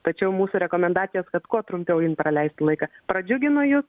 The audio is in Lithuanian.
tačiau mūsų rekomendacijos kad kuo trumpiau praleistų laiką pradžiugino jus